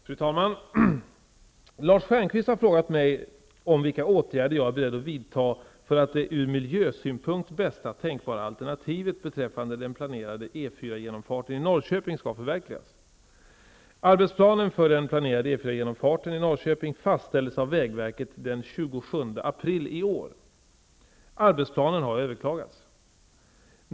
Fru talman! Lars Stjernkvist har frågat mig vilka åtgärder jag är beredd att vidta för att det ur miljösynpunkt bästa tänkbara alternativet beträffande den planerade E 4-genomfarten i Norrköping skall förverkligas. Norrköping fastställdes av vägverket den 27 april i år. Arbetsplanen har överklagats.